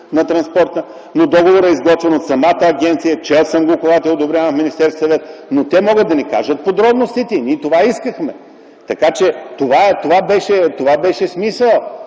на транспорта, но договорът е изготвен от самата агенция. Чел съм го, когато е одобряван в Министерския съвет, но те могат да ни кажат подробностите. Ние това искахме. Така че това беше смисълът.